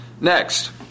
Next